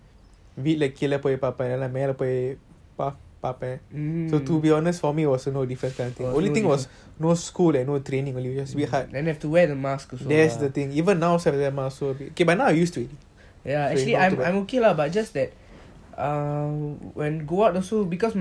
mm mm then have to wear the mask also actually I'm okay lah is just that err when go out also because my